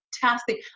fantastic